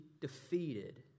defeated